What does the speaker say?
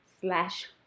slash